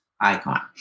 icon